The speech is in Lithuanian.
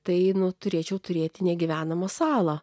tai turėčiau turėti negyvenamą salą